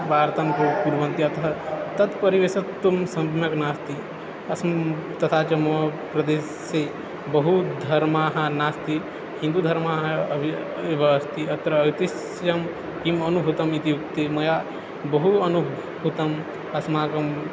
वार्तां कर्तुं कुर्वन्ति अतः तत्परिवेशत्वं सम्यक् नास्ति अस्मिन् तथा च मा प्रदेशे बहुधर्माः नास्ति हिन्दुधर्माः अपि एव अस्ति अत्र ऐतिह्यं किम् अनुभूतम् इत्युक्ते मया बहु अनुभूतम् अस्माकं